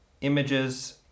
images